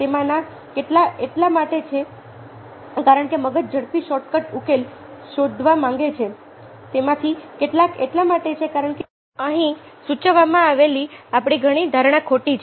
તેમાંના કેટલાક એટલા માટે છે કારણ કે મગજ ઝડપી શોર્ટકટ ઉકેલ શોધવા માંગે છે તેમાંથી કેટલાક એટલા માટે છે કારણ કે અહીં સૂચવવામાં આવેલી આપણી ધારણા ખોટી છે